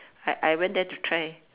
I I went there to try